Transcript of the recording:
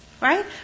right